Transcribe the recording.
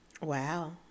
wow